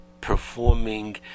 performing